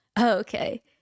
Okay